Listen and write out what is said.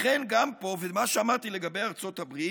גם פה, מה שאמרתי לגבי ארצות הברית,